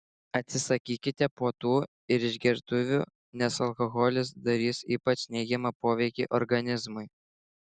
atsisakykite puotų ir išgertuvių nes alkoholis darys ypač neigiamą poveikį organizmui